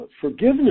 forgiveness